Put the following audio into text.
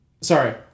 Sorry